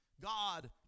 God